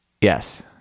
Yes